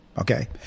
Okay